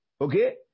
Okay